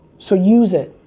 so use it.